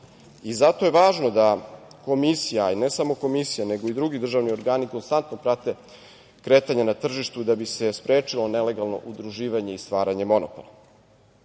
je važno da Komisija, ne samo Komisija nego i drugi državni organi konstantno prate kretanje na tržištu da bi se sprečilo nelegalno udruživanje i stvaranje monopola. Slično